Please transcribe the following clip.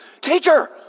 teacher